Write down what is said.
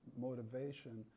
motivation